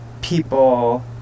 people